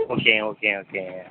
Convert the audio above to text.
okay okay okay